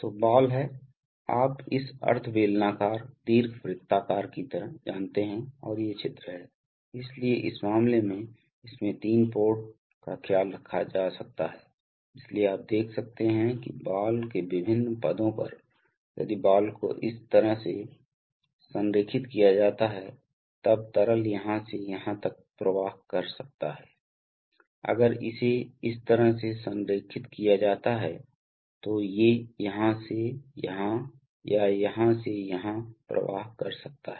तो बॉल है आप इस अर्ध बेलनाकार दीर्घवृत्ताकार की तरह जानते हैं और ये छिद्र है इसलिए इस मामले में इसमें तीन पोर्ट्स का ख्याल रखा जा सकता है इसलिए आप देख सकते हैं कि बॉल के विभिन्न पदों पर यदि बॉल को इस तरह से संरेखित किया जाता है तब तरल यहां से यहां तक प्रवाह कर सकता है अगर इसे इस तरह से संरेखित किया जाता है तो ये यहाँ से यहाँ या यहाँ से यहाँ प्रवाह कर सकता है